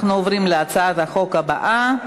אנחנו עוברים להצעת החוק הבאה: